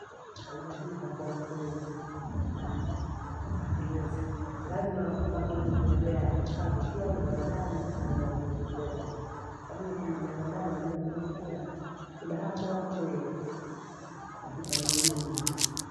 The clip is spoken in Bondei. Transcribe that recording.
Kaida hika kuwa mkweli, binadamu wakati wose lazima mapungufu yawe yaango. Sabu kiya mwanadamu anamapungufu yako. Kwahiyo kama mwanadamu ana mapungufu yako kudaha kuwa mkweyi katika hilo dunia